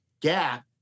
Gap